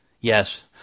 Yes